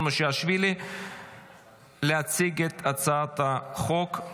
אז אני מזמין את חבר הכנסת סימון מושיאשוילי להציג את הצעת החוק.